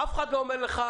אף אחד לא אומר לך: